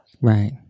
Right